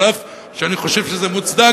אף שאני חושב שזה מוצדק,